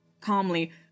calmly